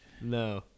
No